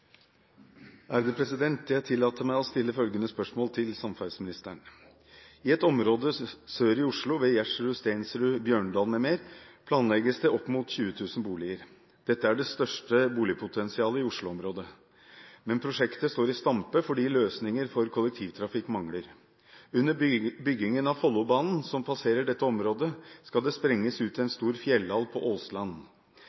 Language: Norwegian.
Jeg tillater meg å stille følgende spørsmål til samferdselsministeren: «I et område sør i Oslo ved Gjersrud-Stensrud, Bjørndal, Sofiemyr og Tårnåsen planlegges det opp mot 20 000 boliger. Dette er det største boligpotensialet i Oslo. Men prosjektet står i stampe fordi løsninger for kollektivtrafikk mangler. Under byggingen av Follobanen, som passerer dette området, skal det sprenges ut en